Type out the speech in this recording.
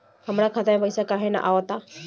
हमरा खाता में पइसा काहे ना आव ता?